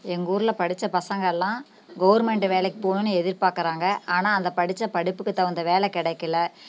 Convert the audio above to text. எங்கள் ஊரில் படித்த பசங்களெல்லாம் கவர்மெண்ட்டு வேலைக்கு போணுகம்னு எதிர்பார்க்கறாங்க ஆனால் அந்த படித்த படிப்புக்கு தகுந்த வேலை கிடைக்கல